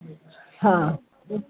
हँ